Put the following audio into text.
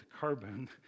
carbon